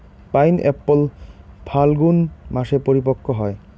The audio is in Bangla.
পাইনএপ্পল ফাল্গুন মাসে পরিপক্ব হয়